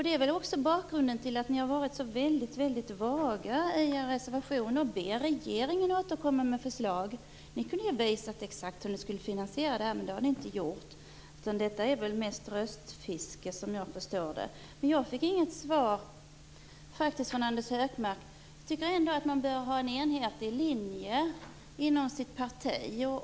Det är väl bakgrunden till att ni har varit så vaga i er reservation och ber regeringen återkomma med förslag. Ni kunde ha visat exakt hur det här skulle kunna finansieras, men det har ni inte gjort. Såvitt jag förstår är detta mest röstfiske. Jag fick inget svar från Anders Högmark: Jag tycker att man bör ha en enhetlig linje inom sitt parti.